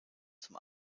zum